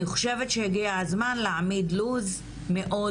אני חושבת שהגיע הזמן להעמיד לו"ז מאוד